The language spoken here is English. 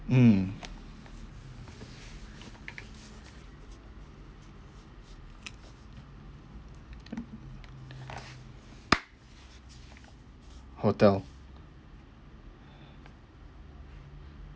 mm hotel